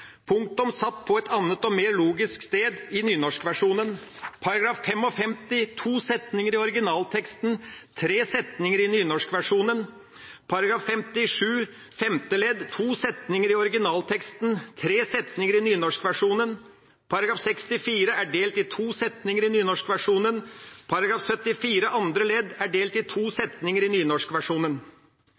punktum satt på et annet og mer logisk sted i nynorskversjonen. § 55 har to setninger i originalteksten og tre setninger i nynorskversjonen. § 57 femte ledd har to setninger i originalteksten og tre setninger i nynorskversjonen. § 64 er delt i to setninger i nynorskversjonen. § 74 andre ledd er delt i to setninger i nynorskversjonen.